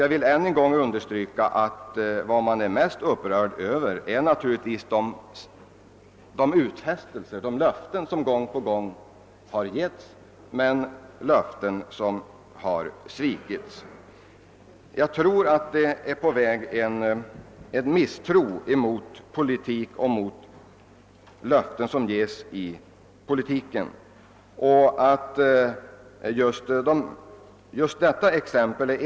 Jag vill än en gång understryka att vad man är mest upprörd över naturligtvis är de utfästelser som gång på gång har gjorts men sedan svikits. Jag tror att det är på väg att uppstå en misstro mot löften som ges i politiken och att just detta är ett exempel härpå.